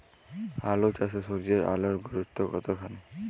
আলু চাষে সূর্যের আলোর গুরুত্ব কতখানি?